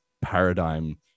paradigm